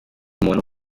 umuntu